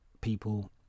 people